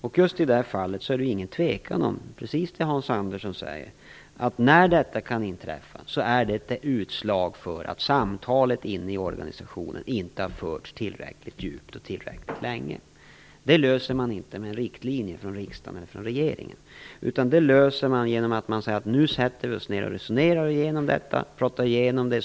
I just det här fallet är det, precis som Hans Andersson säger, ingen tvekan om att när detta kan inträffa, är det ett utslag för att samtalet inne i organisationen inte har förts tillräckligt djupt och tillräckligt länge. Detta löser man inte med riktlinjer från riksdagen eller från regeringen, utan genom att säga att nu sätter vi oss ned och resonerar om detta och pratar igenom det.